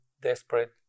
desperate